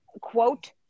quote